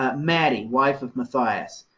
ah mattie, wife of matthias.